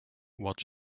what